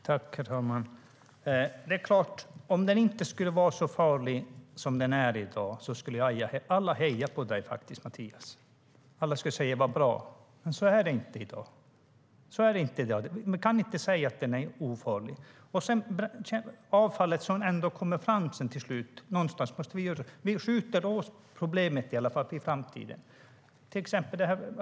Herr talman! Det är klart att om kärnkraften inte skulle vara så farlig som den är i dag skulle alla heja på dig, Mattias. Alla skulle säga: Vad bra. Men så är det inte i dag. Man kan inte säga att kärnkraften är ofarlig. Till slut kommer ju avfallet fram någonstans, men vi skjuter problemet på framtiden.